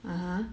(uh huh)